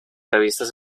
revistas